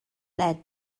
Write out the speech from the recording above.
led